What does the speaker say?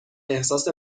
احساس